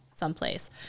Someplace